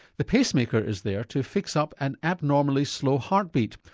the pacemaker is there to fix up an abnormally slow heartbeat,